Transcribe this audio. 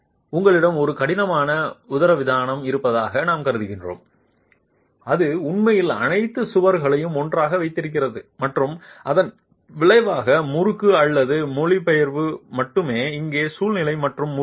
உங்களிடம் ஒரு கடினமான உதரவிதானம் இருப்பதாக நாம் கருதுகிறோம் அது உண்மையில் அனைத்து சுவர்களையும் ஒன்றாக வைத்திருக்கிறது மற்றும் இதன் விளைவாக முறுக்கு அல்லது மொழிபெயர்ப்பு மட்டுமே இருக்கும் சூழ்நிலை மற்றும் முறுக்கு இல்லை